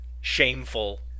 shameful